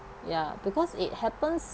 yeah because it happens